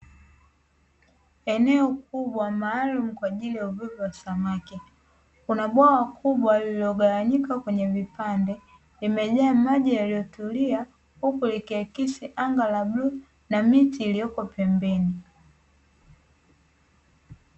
Eneo Kubwa maalumu kwa ajili ya uvuvi wa samaki, kuna bwawa kubwa lililogawanyika kwenye vipande limejaa maji yaliyotulia huku likiakisi anga la bluu na miti iliyoko pembeni.